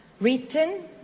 written